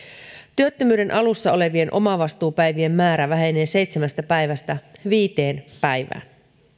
työttömyyden alussa olevien omavastuupäivien määrä vähenee seitsemästä päivästä viiteen päivään